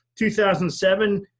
2007